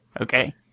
Okay